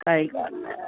काई ॻाल्हि न आहे